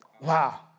Wow